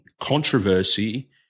controversy